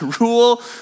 Rule